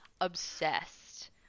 obsessed